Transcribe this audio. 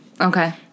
Okay